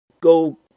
go